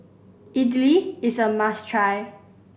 idili is a must try